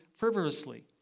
fervorously